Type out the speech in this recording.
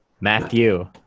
Matthew